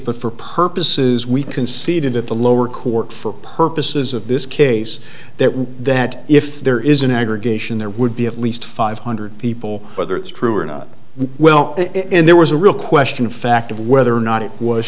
but for purposes we concede at the lower court for purposes of this case that we that if there is an aggregation there would be at least five hundred people whether it's true or not well and there was a real question of fact of whether or not it was